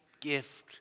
gift